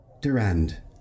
Durand